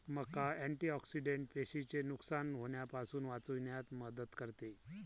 मका अँटिऑक्सिडेंट पेशींचे नुकसान होण्यापासून वाचविण्यात मदत करते